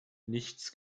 nichts